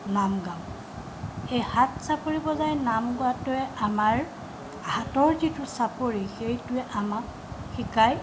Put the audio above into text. নাম গাওঁ এই হাত চাপৰি বজাই নাম গোৱাটোৱে আমাৰ হাতৰ যিটো চাপৰি সেইটোৱে আমাক শিকায়